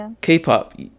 K-pop